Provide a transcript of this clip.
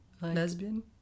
Lesbian